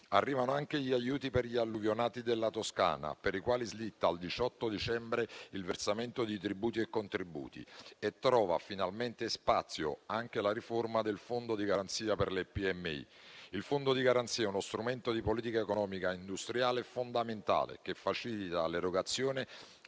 Arrivano anche gli aiuti per gli alluvionati della Toscana, per i quali slitta al 18 dicembre il versamento di tributi e contributi. Trova finalmente spazio anche la riforma del Fondo di garanzia per le piccole e medie imprese. Tale Fondo è uno strumento di politica economica e industriale fondamentale, che facilita l'erogazione